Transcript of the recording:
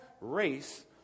race